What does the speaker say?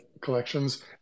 collections